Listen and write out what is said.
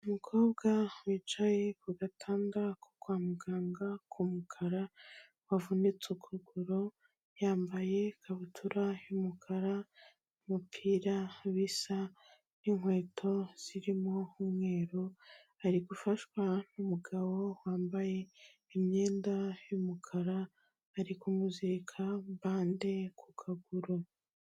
Umukobwa wicaye ku gatanda ko kwa muganga k'umukara wavunitse ukuguru, yambaye ikabutura y'umukara n'umupira bisa n'inkweto zirimo umweru, ari gufashwa n'umugabo wambaye imyenda y'umukara, bari kumuzirika bande ku kaguru.